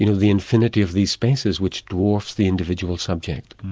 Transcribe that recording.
you know the infinity of these spaces, which dwarfs the individual subject,